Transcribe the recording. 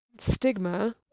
stigma